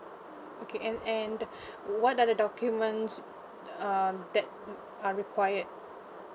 okay and and what are the documents um that are required